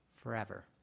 forever